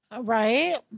Right